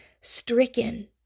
stricken